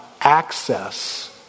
access